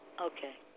Okay